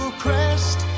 crest